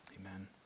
Amen